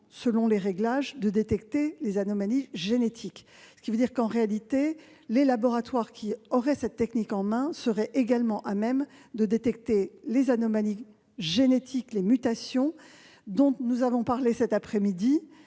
selon les réglages, de détecter les anomalies génétiques. En d'autres termes, les laboratoires ayant cette technique en main seraient également à même de détecter les anomalies génétiques et les mutations dont nous avons parlé cet après-midi.